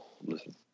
listen